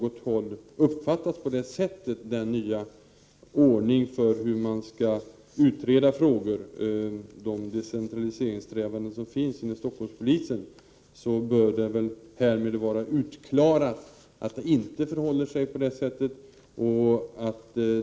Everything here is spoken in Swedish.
Om den nya ordning för hur man skall utreda frågorna om de decentraliseringssträvanden som finns inom Stockholmspolisen har uppfattats så, bör det väl nu vara utklarat att det inte förhåller sig på det sättet.